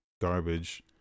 garbage